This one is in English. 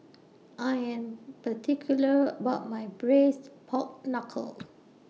I Am particular about My Braised Pork Knuckle